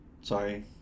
Sorry